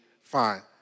fine